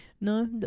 No